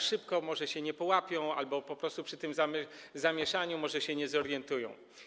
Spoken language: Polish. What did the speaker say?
Szybko, może się nie połapią albo po prostu w tym zamieszaniu może się nie zorientują.